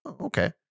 okay